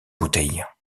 bouteille